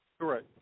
Correct